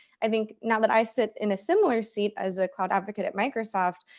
i think now that i sit in a similar seat as a cloud advocate at microsoft,